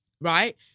Right